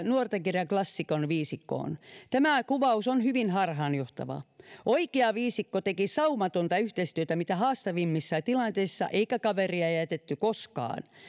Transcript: nuortenkirjaklassikko viisikkoon tämä kuvaus on hyvin harhaanjohtava oikea viisikko teki saumatonta yhteistyötä mitä haastavimmissa tilanteissa eikä kaveria jätetty koskaan